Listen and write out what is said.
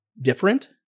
different